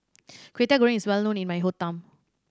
Kway Teow Goreng is well known in my hometown